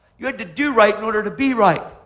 you had to do right in order to be right.